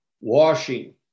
washing